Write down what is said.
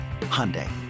Hyundai